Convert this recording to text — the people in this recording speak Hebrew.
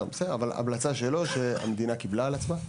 אבל המלצה שלו שהמדינה קיבלה על עצמה.